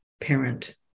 parent